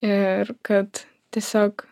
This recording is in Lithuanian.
ir kad tiesiog